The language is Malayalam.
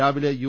രാവിലെ യു